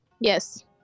Yes